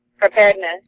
preparedness